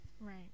right